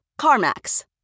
CarMax